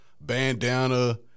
bandana